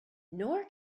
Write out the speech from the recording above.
nor